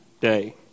day